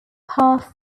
power